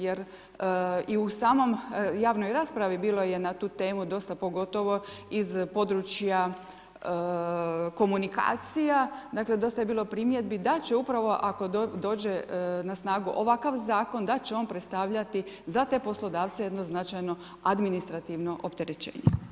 Jer u samoj javnoj raspravi bilo je na tu temu dosta, pogotovo iz područja komunikacija, dakle dosta je bilo primjedbi da će upravo ako dođe na snagu ovakav zakon da će on predstavljati za te poslodavce jedno značajno administrativno opterećenje.